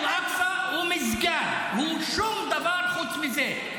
ומסגד אל-אקצא הוא מסגד, הוא שום דבר חוץ מזה,